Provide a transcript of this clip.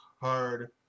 hard